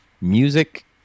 Music